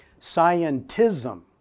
Scientism